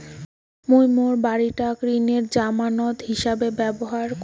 মুই মোর বাড়িটাক ঋণের জামানত হিছাবে ব্যবহার করিসু